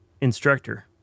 instructor